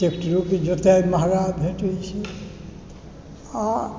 ट्रैक्टरोके जोताइ महँगा भेटै छै आ